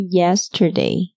yesterday